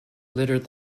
littered